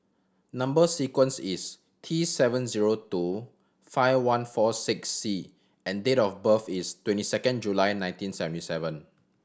number sequence is T seven zero two five one four six C and date of birth is twenty second July nineteen seventy seven